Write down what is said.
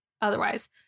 otherwise